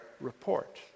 report